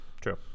True